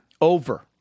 Over